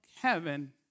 heaven